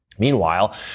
Meanwhile